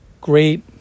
great